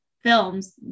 films